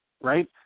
right